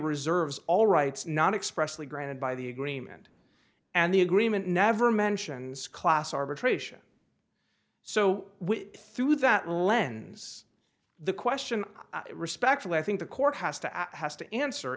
reserves all rights not expressly granted by the agreement and the agreement never mentions class arbitration so we're through that lens the question respectfully i think the court has to has to answer